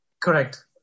correct